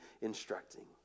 instructing